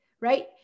right